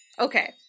Okay